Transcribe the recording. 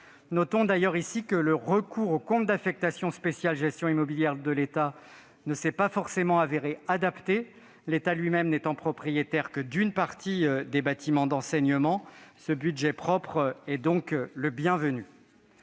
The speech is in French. Notons d'ailleurs ici que le recours au compte d'affectation spéciale « Gestion immobilière de l'État » ne s'est pas forcément révélé, l'État lui-même n'étant propriétaire que d'une partie des bâtiments d'enseignement. Ce budget propre est donc bienvenu.